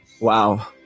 Wow